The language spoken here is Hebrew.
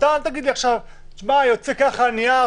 אז אל תגיד לי עכשיו שזה יוצא ככה וככה.